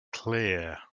clear